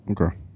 Okay